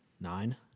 Nine